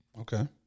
Okay